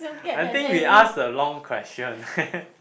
I think we ask the long question eh